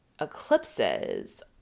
eclipses